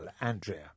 Andrea